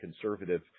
conservative